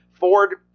Ford